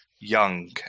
young